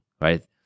right